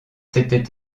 s’étaient